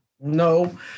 no